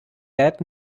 bad